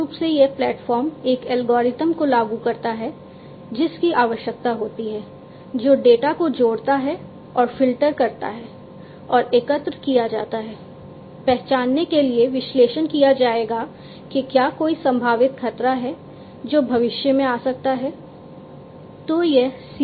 मूल रूप से यह प्लेटफ़ॉर्म एक एल्गोरिथ्म को लागू करता है जिसकी आवश्यकता होती है जो डेटा को जोड़ता है और फ़िल्टर करता है और एकत्र किया जाता है पहचानने के लिए विश्लेषण किया जाएगा कि क्या कोई संभावित खतरा है जो भविष्य में आ सकता है